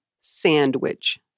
Sandwich